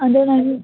ಅಂದರೆ ನಂದು